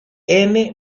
hay